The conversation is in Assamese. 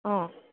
অঁ